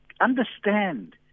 understand